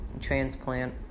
Transplant